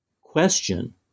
question